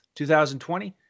2020